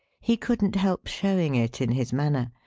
he couldn't help showing it, in his manner.